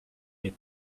been